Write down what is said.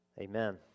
Amen